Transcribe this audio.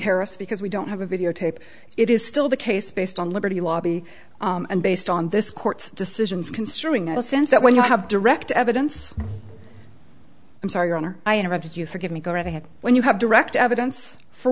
harris because we don't have a videotape it is still the case based on liberty lobby and based on this court decisions concerning the sense that when you have direct evidence i'm sorry your honor i interrupted you forgive me go ahead when you have direct evidence for